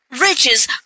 riches